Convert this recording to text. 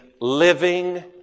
living